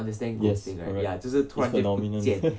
yes correct this phenomenon